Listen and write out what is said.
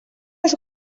els